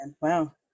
Wow